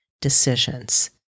decisions